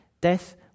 Death